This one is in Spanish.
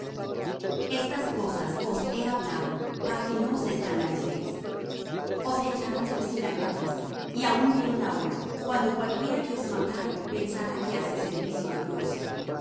estas cosas os he hablado para que no os escandalicéis os echarán de los sinagogas y aun viene la hora cuando cualquiera que os matare pensará que hace servició á dios